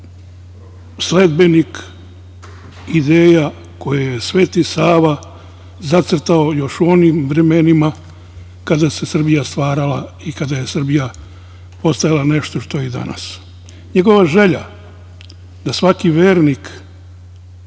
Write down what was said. sledbenik ideja koje je Sveti Sava zacrtao, još u onim vremenima kada se Srbija stvarala i kada je Srbija postojala nešto što je danas. Njegova želja da svaki vernik